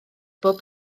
bob